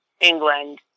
England